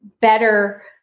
better